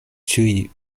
ĉiuj